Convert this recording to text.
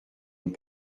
nous